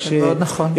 מאוד נכון.